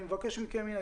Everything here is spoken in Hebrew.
אני מבקש מכם הנה,